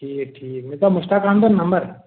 ٹھیٖک ٹھیٖک مےٚ دِیو مُشتاق احمدُن نَمبر